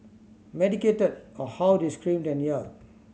medicated or how they screamed and yelled